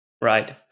Right